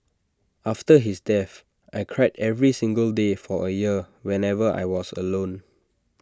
after his death I cried every single day for A year whenever I was alone